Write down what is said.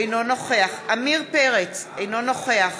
אינו נוכח